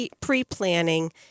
pre-planning